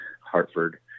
Hartford